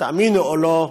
תאמינו או לא,